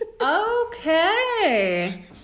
Okay